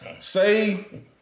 Say